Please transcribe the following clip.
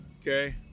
okay